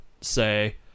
say